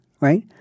right